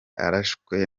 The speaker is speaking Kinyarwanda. arashwe